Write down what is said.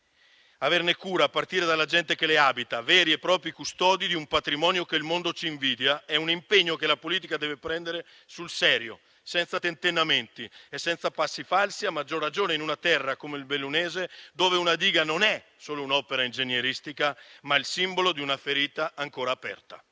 averne cura, a partire dalla gente che le abita, veri e propri custodi di un patrimonio che il mondo ci invidia, è un impegno che la politica deve prendere sul serio, senza tentennamenti e senza passi falsi; a maggior ragione in una terra come il bellunese, dove una diga non è solo un'opera ingegneristica, ma il simbolo di una ferita ancora aperta.